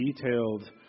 detailed